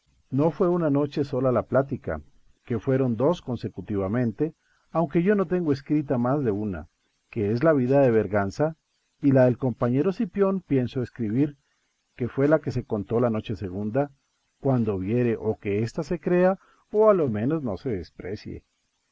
no fue una noc he sola la plática que fueron dos consecutivamente aunque yo no tengo escrita más de una que es la vida de berganza y la del compañero cipión pienso escribir que fue la que se contó la noche segunda c uando viere o que ésta se crea o alomenos no se desprecie